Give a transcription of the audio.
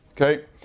Okay